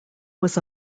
was